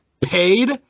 paid